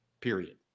period